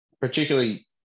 particularly